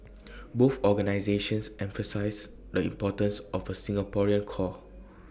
both organisations emphasise the importance of A Singaporean core